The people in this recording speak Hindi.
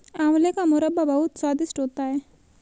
आंवले का मुरब्बा बहुत स्वादिष्ट होता है